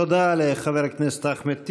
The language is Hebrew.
תודה לחבר הכנסת אחמד טיבי.